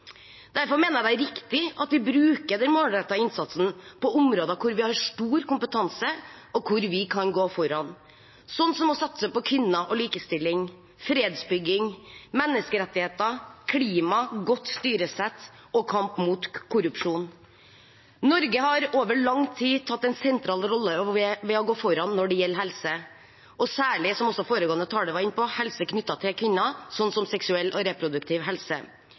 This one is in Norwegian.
Derfor mener jeg det er riktig at vi bruker den målrettede innsatsen på områder hvor vi har stor kompetanse, og hvor vi kan gå foran, som ved å satse på kvinner og likestilling, fredsbygging, menneskerettigheter, klima, godt styresett og kamp mot korrupsjon. Norge har over lang tid tatt en sentral rolle ved å gå foran når det gjelder helse, og særlig – som også foregående taler var inne på – helse knyttet til kvinner, som seksuell og reproduktiv helse.